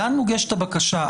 לאן מוגשת הבקשה?